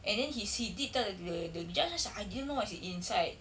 and then he's he did tell the the the judge lah he say I didn't know what's inside